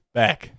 back